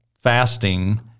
fasting